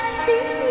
see